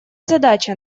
задача